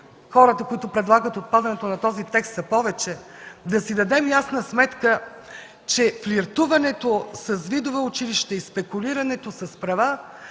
хората, които предлагат отпадането на този текст, са повече, предлагам да си дадем ясна сметка, че флиртуването с видове училища и спекулирането с права